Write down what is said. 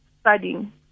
studying